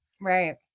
Right